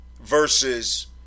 versus